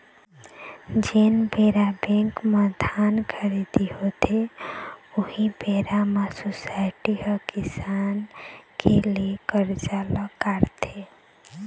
जेन बेरा बेंक म धान खरीदी होथे, उही बेरा म सोसाइटी ह किसान के ले करजा ल काटथे